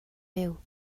fyw